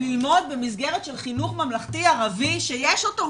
לא מגיע להם ללמוד במסגרת של חינוך ממלכתי-ערבי שיש אותו?